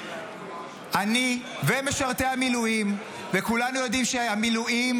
אני ומשרתי המילואים וכולנו יודעים שהמילואים